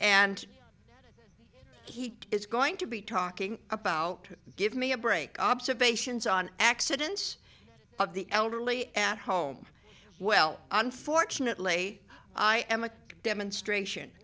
and he is going to be talking about give me a break observations on accidents of the elderly at home well unfortunately i am a demonstration